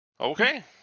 Okay